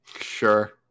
Sure